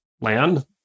land